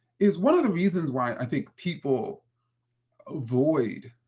is one of the reasons why i think people avoid